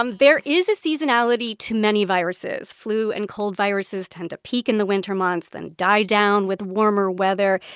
um there is a seasonality to many viruses. flu and cold viruses tend to peak in the winter months, then die down with warmer weather.